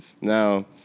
Now